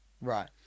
Right